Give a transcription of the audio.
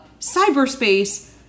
cyberspace